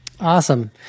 Awesome